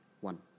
One